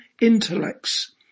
intellects